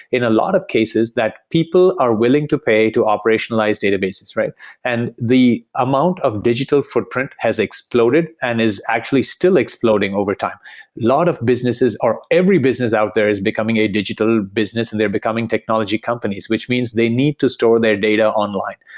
in a lot of cases, that people are willing to pay to operationalize databases. and the amount of digital footprint has exploded and is actually still exploding overtime. a lot of businesses or every business out there is becoming a digital business and they're becoming technology companies, which means they need to store their data online.